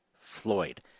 Floyd